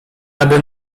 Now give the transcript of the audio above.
aby